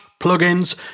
plugins